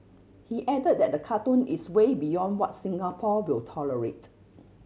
he add that the cartoon is way beyond what Singapore will tolerate